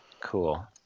cool